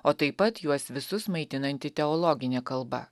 o taip pat juos visus maitinanti teologinė kalba